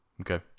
Okay